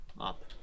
up